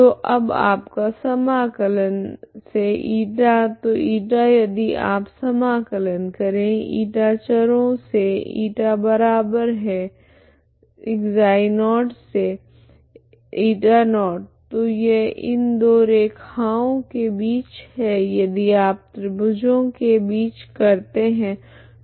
तो अब आपका समाकलन से η तो η यदि आप समाकलन करे η चरों से η बराबर से ξ0 से η0 तो यह इन दो रैखा ओं के बीच है यदि आप त्रिभुजों के बीच करते है